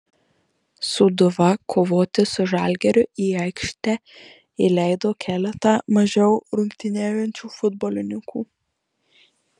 sūduva kovoti su žalgiriu į aikštę įleido keletą mažiau rungtyniaujančių futbolininkų